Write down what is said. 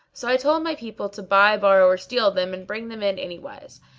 so i told my people to buy, borrow or steal them and bring them in anywise,